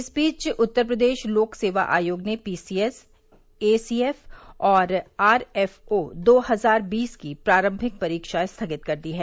इस बीच उत्तर प्रदेश ा लोक सेवा आयोग ने पीसीएस एसीएफ व आर एफओ दो हजार बीस की प्रारंभिक परीक्षा स्थगित कर दी है